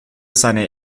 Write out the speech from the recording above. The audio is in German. seine